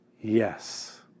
yes